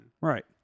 Right